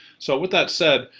so with that said,